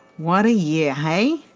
what a year, hey?